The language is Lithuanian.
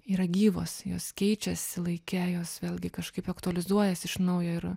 yra gyvos jos keičiasi laike jos vėlgi kažkaip aktualizuojasi iš naujo ir